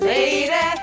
Lady